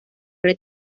red